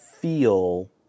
Feel